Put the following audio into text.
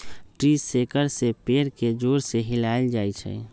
tree shaker से पेड़ के जोर से हिलाएल जाई छई